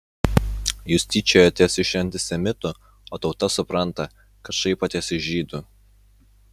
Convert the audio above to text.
jūs tyčiojatės iš antisemitų o tauta supranta kad šaipotės iš žydų